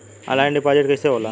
Online deposit कैसे होला?